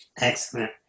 Excellent